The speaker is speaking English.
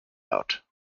out